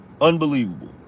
Unbelievable